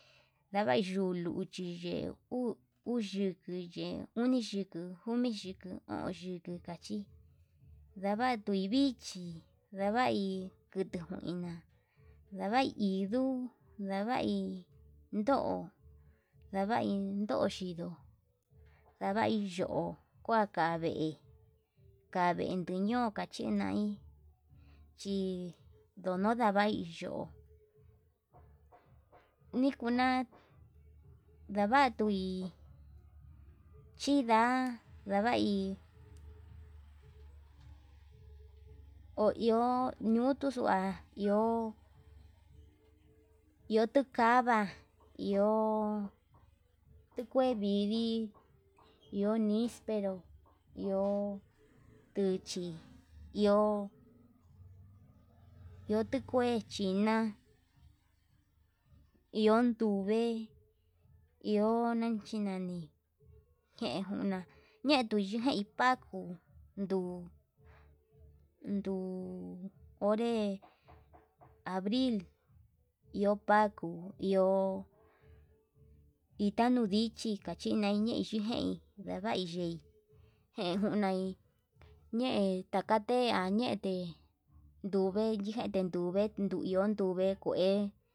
Ndavai yee luchi uu yikeye uniyiku komiyiko o'on yinkachi, ndavatui ndichi ndavai kuti njuina ndavai hi nduu ndavai ndo'o ndavai ndo xhindo'o, ndavai yo'o kua ka'a vee dave keñón kachi nai chí ndono ndavai yo'ó nikuna ndavatui chinda ndavai, ho iho ñutuxua iho iho tukava iho tuu kue vidii iho nispero iho tuchí, iho tuu kue china'a iho nduvee iho nanchina nii ñei njuna ñeitu tuu vei kua njuu nduu, nduu onre abril iho pakuu iho ndita nuu ndichi kachi ñayei yujei ndavai ndei jejunai ñee takate añete nduve yete nduvee nduu iho kue.